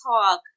Talk